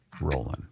rolling